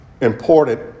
important